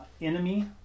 enemy